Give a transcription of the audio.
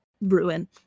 ruin